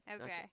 Okay